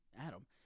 Adam